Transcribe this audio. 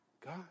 God